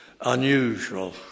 unusual